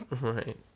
right